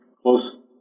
close